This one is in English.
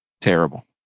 Terrible